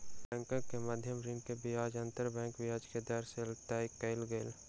बैंकक मध्य ऋण के ब्याज अंतर बैंक ब्याज के दर से तय कयल गेल